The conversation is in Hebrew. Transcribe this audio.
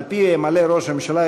שעל-פיה ימלא ראש הממשלה,